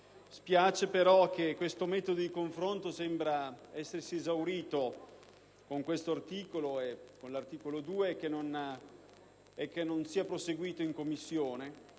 spiace però che tale metodo di confronto sembra essersi esaurito con questo articolo 1 e con l'articolo 2, e che non sia proseguito in Commissione.